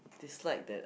dislike that